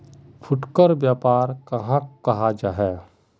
फुटकर व्यापार कहाक को जाहा?